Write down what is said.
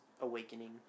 awakening